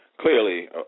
clearly